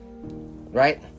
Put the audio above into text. right